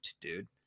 dude